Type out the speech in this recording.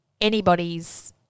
anybody's